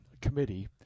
committee